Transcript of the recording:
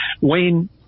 Wayne